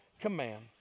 command